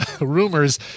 Rumors